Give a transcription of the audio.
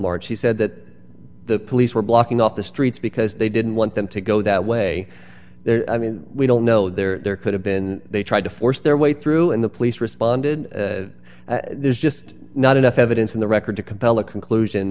march he said that the police were blocking off the streets because they didn't want them to go that way there i mean we don't know there could have been they tried to force their way through and the police responded there's just not enough evidence in the record to compel a conclusion